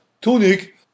tunic